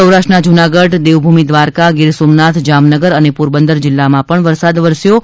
સૌરાષ્ટ્રના જૂનાગઢ દેવભૂમિ દ્વારકા ગીર સોમનાથ જામનગર અને પોરબંદર જિલ્લાઓમાં ભારે વરસાદ વરસ્યો છે